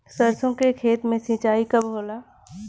सरसों के खेत मे सिंचाई कब होला?